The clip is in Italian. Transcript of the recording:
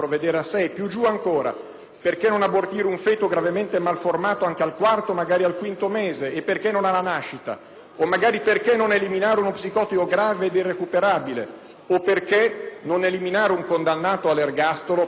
perché non abortire un feto gravemente malformato anche al quarto o magari al quinto mese e perché non alla nascita? O magari perché non eliminare uno psicotico grave ed irrecuperabile? O perché non eliminare un condannato all'ergastolo per reati disumani?